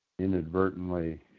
inadvertently